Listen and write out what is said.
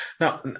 Now